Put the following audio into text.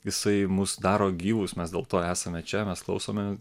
jisai mus daro gyvus mes dėl to esame čia mes klausome